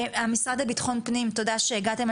המשרד לביטחון פנים, תודה שהגעתם.